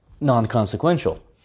non-consequential